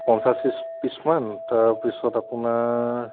পঞ্চাছ পিচমান তাৰপিছত আপোনাৰ